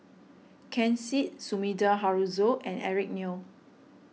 Ken Seet Sumida Haruzo and Eric Neo